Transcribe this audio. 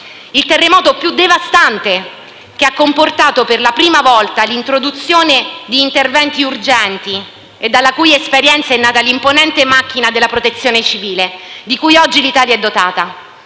Il terremoto più devastante che ha comportato per la prima volta l'introduzione di interventi urgenti e dalla cui esperienza è nata l'imponente macchina della Protezione civile di cui oggi l'Italia è dotata.